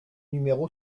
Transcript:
numéro